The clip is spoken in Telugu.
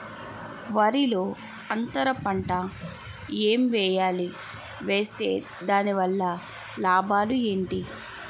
వరిలో అంతర పంట ఎం వేయాలి? వేస్తే దాని వల్ల లాభాలు ఏంటి?